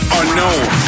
unknown